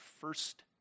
first